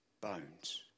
bones